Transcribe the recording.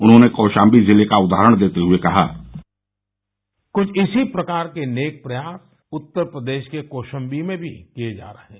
उन्होंने कौशाम्बी जिले का उदाहरण देते हुए कहा कुछ इसी प्रकार के नेक प्रयास उत्तर प्रदेश के कौशाम्बी में भी किये जा रहे हैं